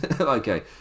Okay